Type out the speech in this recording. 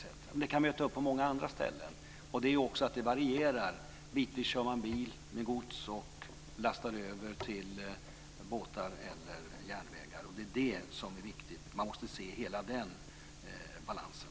Men den kan möta upp på många andra ställen. Det varierar, bitvis kör man bil med gods och lastar över till båt eller järnväg. Det är det som är viktigt. Man måste se hela den balansen.